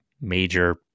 major